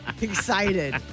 excited